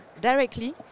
directly